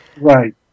Right